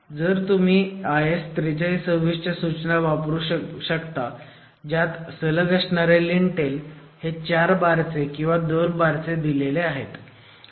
आणि तुम्ही IS 4326 च्या सूचना वापरू शकता ज्यात सलग असणारे लिंटेल हे 4 बारचे किंवा 2 बारचे दिलेले आहेत